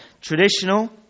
traditional